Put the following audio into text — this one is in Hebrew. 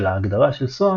שלהגדרה של SOA,